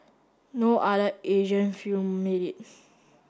no other Asian film made it